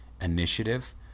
initiative